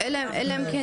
ואז הדברים שלנו?